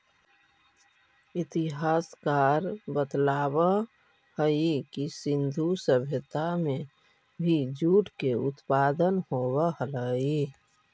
इतिहासकार बतलावऽ हई कि सिन्धु सभ्यता में भी जूट के उत्पादन होवऽ हलई